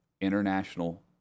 international